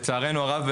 לצערנו הרב,